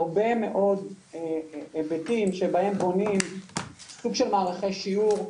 הרבה מאוד היבטים שבהם בונים סוג של מערכי שיעור,